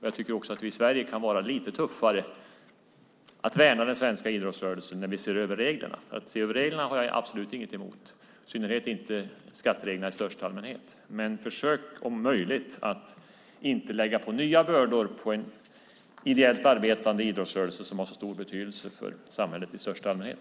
Jag tycker att vi i Sverige kan vara lite tuffare och värna den svenska idrottsrörelsen när vi ser över reglerna. Att se över reglerna har jag absolut inget emot, i synnerhet inte skattereglerna i största allmänhet. Men försök om möjligt att inte lägga nya bördor på en ideellt arbetande idrottsrörelse som har så stor betydelse för samhället i största allmänhet!